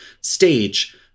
stage